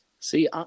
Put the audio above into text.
See